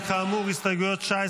וכאמור, הסתייגויות 19